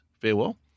farewell